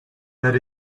that